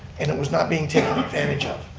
and it was not being taken advantage of?